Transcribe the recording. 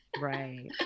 Right